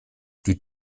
die